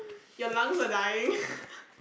your lungs are dying